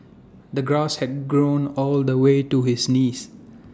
the grass had grown all the way to his knees